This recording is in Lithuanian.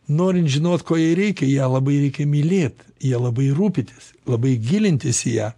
norint žinot ko jai reikia ją labai reikia mylėt ja labai rūpytis labai gilintis į ją